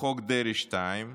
בחוק דרעי 2,